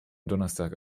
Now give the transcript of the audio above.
donnerstag